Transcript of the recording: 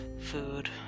food